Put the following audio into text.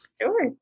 Sure